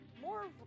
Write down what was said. More